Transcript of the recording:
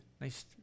nice